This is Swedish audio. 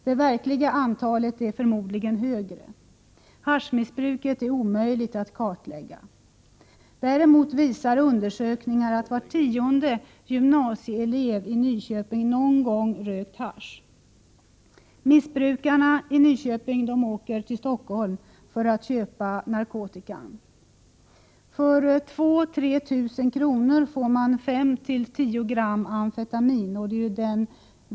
Det verkliga antalet är förmodligen högre. Haschmissbruket är omöjligt att kartlägga. Däremot visar undersökningar att var tionde gymnasieelev i Nyköping någon gång rökt hasch. Missbrukarna i Nyköping åker till Stockholm för att köpa narkotika. För 2 000-3 000 kr. får man 5-10 gram amfetamin.